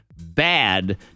bad